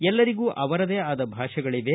ಎಲ್ಲರಿಗೂ ಅವರದೇ ಅದ ಭಾಷೆಗಳವೆ